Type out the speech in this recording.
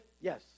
yes